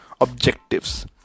objectives